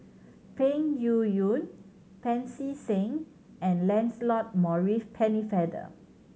Peng Yuyun Pancy Seng and Lancelot Maurice Pennefather